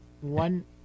One